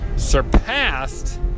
surpassed